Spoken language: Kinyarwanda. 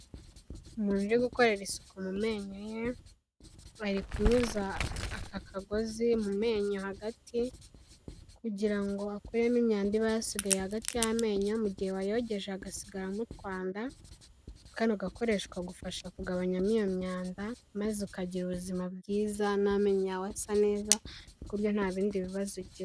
Umuntu uri gukorera isuku mu menyo ye, bari kunyuza aka kagozi mu menyo hagati, kugira ngo akuremo imyanda iba yasigaye hagati y'amenyo mu gihe wayogeje hagasigaramo utwanda, kano gakoresho kagufasha kugabanyamo iyo myanda maze ukagira ubuzima bwiza n'amenyo yawe asa neza ku buryo nta bindi bibazo ugira.